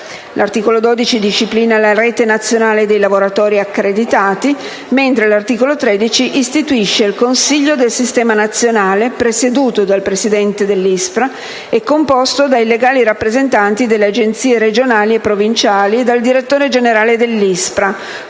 L'articolo 12 disciplina la rete nazionale dei lavoratori accreditati, mentre l''articolo 13 istituisce il consiglio del Sistema nazionale - presieduto dal presidente dell'ISPRA e composto dai legali rappresentanti delle Agenzie regionali e provinciali e dal direttore generale dell'ISPRA